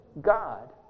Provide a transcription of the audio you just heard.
God